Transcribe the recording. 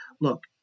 Look